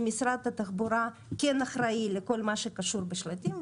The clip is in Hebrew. שמשרד התחבורה כן אחראי לכל מה שקשור בשלטים,